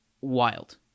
wild